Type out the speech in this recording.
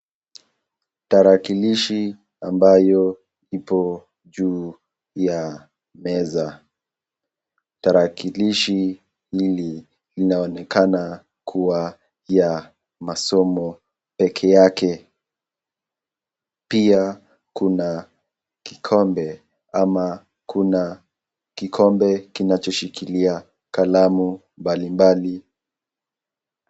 Tarakilishi ambayo ipo juu ya meza. Tarakilishi hili linaonekana kuwa ya masomo pekee yake. Pia kuna kikombe ama kuna kikombe kinacho shikilia kalamu mbali mbali.